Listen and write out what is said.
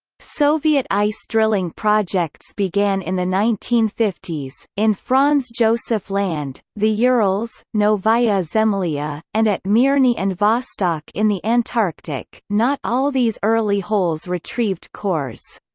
soviet ice drilling projects began in the nineteen fifty s, in franz josef land, the urals, novaya zemlya, and at mirny and vostok in the antarctic not all these early holes retrieved cores.